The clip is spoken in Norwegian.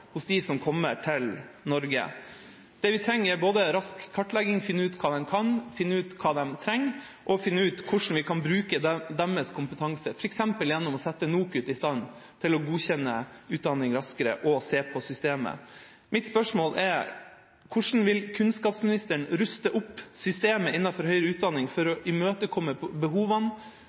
hos dem som kommer til Norge. Det vi trenger, er rask kartlegging – finne ut hva de kan og hva de trenger – og å finne ut hvordan vi kan bruke deres kompetanse, f.eks. gjennom å sette NOKUT i stand til å godkjenne utdanning raskere og se på systemet. Mitt spørsmål er: Hvordan vil kunnskapsministeren ruste opp systemet innenfor høyere utdanning for å imøtekomme behovene